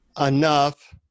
enough